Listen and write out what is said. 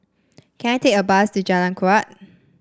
can I take a bus to Jalan Kuak